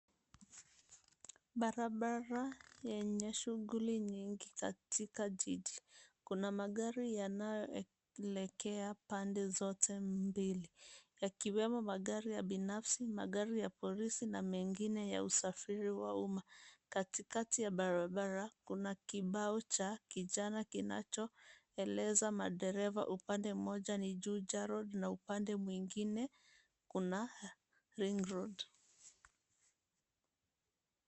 Barabara yenye shughuli nyingi katika jiji. Kuna magari yanayoelekea pande zote mbili , yakiwemo magari ya binafsi, magari ya polisi, na mengine ya usafiri wa uma. Katikati ya barabara, kuna kibao cha kijani kinachoeleza madereva upande mmoja ni Juja road na upande mwingine kuna Ring road.